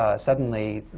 ah suddenly